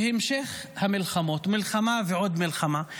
בהמשך המלחמות, מלחמה ועוד מלחמה.